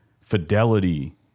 fidelity